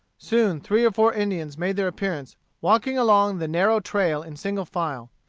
soon three or four indians made their appearance walking along the narrow trail in single file.